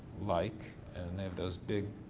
like and they have those big,